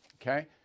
Okay